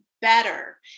better